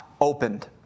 opened